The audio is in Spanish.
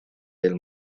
del